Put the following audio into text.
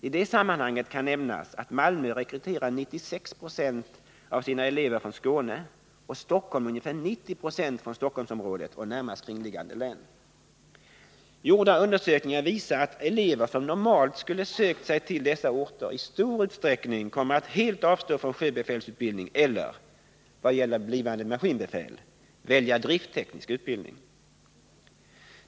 I det sammanhanget kan nämnas att Malmö rekryterar 96 90 av sina elever från Skåne och Stockholm ungefär 90 96 från Stockholmsområdet och närmast kringliggande län. Gjorda undersökningar visar att elever som normalt skulle ha sökt sig till dessa orter i stor utsträckning kommer att helt avstå från sjöbefälsutbildning eller, vad gäller blivande maskinbefäl, välja driftteknisk utbildning.